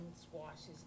squashes